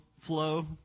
flow